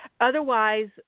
Otherwise